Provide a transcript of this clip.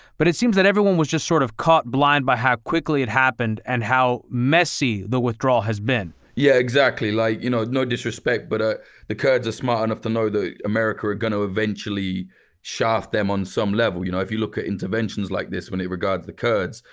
but it seems that everyone was just sort of caught blind by how quickly it happened and how messy the withdrawal has been. yeah, exactly. like you know no disrespect, but ah the kurds are smart enough to know that america were going to eventually shaft them on some level. you know if you look at interventions like this, when it regards the kurds,